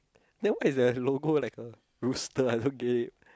then why is the logo like a rooster I don't get it